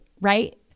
right